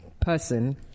person